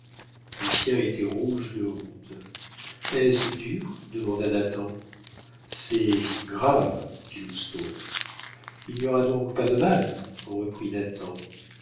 gagne lucien était rouge de honte est-ce dur demanda nathan c'est grave dit lousteau il n'y aura donc pas de mal reprit